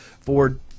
ford